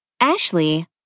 Ashley